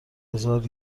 هزار